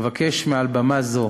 אבקש מעל במה זו